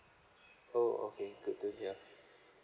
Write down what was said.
oh okay good to hear